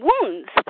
wounds